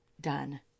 done